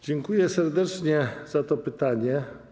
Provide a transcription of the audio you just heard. Dziękuję serdecznie za to pytanie.